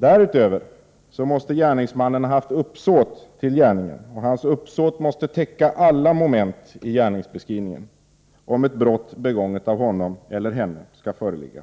Därutöver måste gärningsmannen ha uppsåt till gärningen, och hans uppsåt måste täcka alla moment i gärningsbeskrivningen, om ett brott begånget av honom eller henne skall föreligga.